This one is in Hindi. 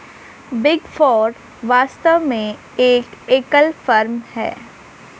बिग फोर वास्तव में एक एकल फर्म है